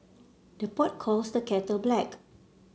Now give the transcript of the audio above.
the pot calls the kettle black